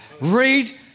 Read